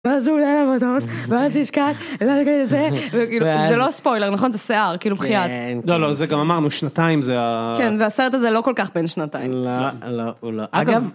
ואז הוא עולה למטוס, ואז יש קאט, וזה, וכאילו, זה לא ספוילר, נכון? זה שיער, כאילו, בחייאת. לא, לא, זה גם אמרנו, שנתיים זה ה... כן, והסרט הזה לא כל כך בין שנתיים. לא, לא, אגב...